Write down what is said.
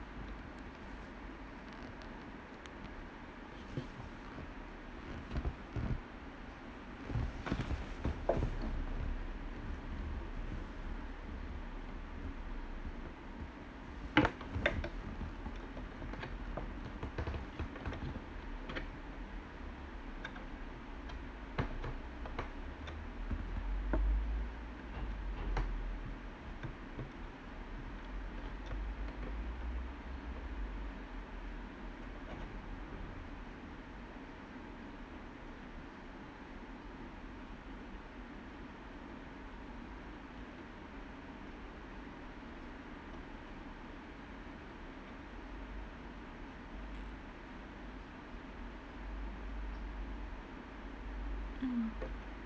mmhmm